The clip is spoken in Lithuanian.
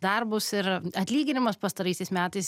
darbus ir atlyginimas pastaraisiais metais